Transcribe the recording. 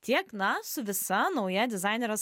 tiek na su visa nauja dizainerės